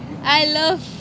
I love